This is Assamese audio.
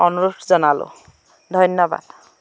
অনুৰোধ জনালোঁ ধন্যবাদ